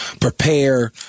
prepare